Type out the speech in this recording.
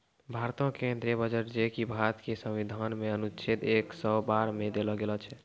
भारतो के केंद्रीय बजट जे कि भारत के संविधान मे अनुच्छेद एक सौ बारह मे देलो छै